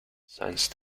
since